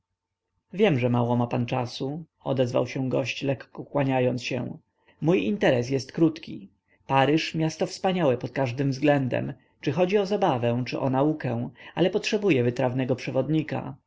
wiem że mało ma pan czasu odezwał się gość lekko kłaniając się mój interes jest krótki paryż miasto wspaniałe pod każdym względem czy chodzi o zabawę czy o naukę ale potrzebuje wytrawnego przewodnika